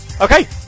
Okay